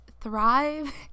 thrive